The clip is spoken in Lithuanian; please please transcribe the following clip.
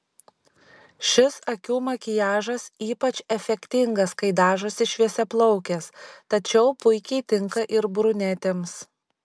šis akių makiažas ypač efektingas kai dažosi šviesiaplaukės tačiau puikiai tinka ir brunetėms